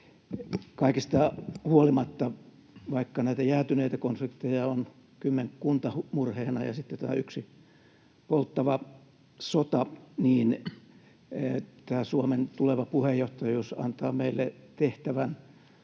Kaikesta huolimatta, vaikka näitä jäätyneitä konflikteja on kymmenkunta murheena ja sitten tämä yksi polttava sota, Suomen tuleva puheenjohtajuus antaa meille tehtävän